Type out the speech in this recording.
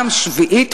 שביעית,